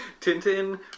Tintin